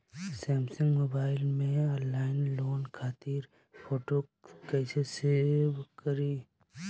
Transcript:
Samsung mobile में online loan खातिर photo कैसे सेभ करीं?